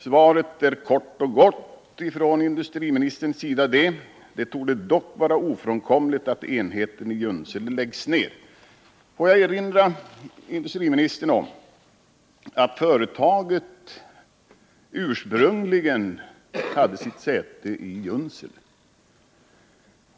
Svaret från industriministern är kort och gott: ”Det torde dock vara ofrånkomligt att enheten i Junsele läggs ned.” Jag vill erinra industriministern om att AB Polarvagnen ursprungligen hade sitt säte i Junsele.